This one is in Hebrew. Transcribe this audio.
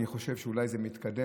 אני חושב שאולי זה מתקדם,